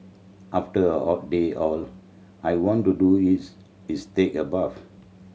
after a hot day all I want to do is is take a bath